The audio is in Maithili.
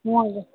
उहाँ गे